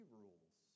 rules